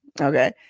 okay